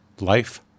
Life